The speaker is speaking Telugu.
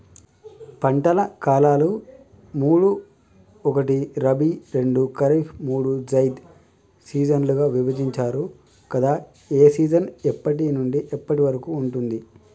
పంటల కాలాలు మూడు ఒకటి రబీ రెండు ఖరీఫ్ మూడు జైద్ సీజన్లుగా విభజించారు కదా ఏ సీజన్ ఎప్పటి నుండి ఎప్పటి వరకు ఉంటుంది?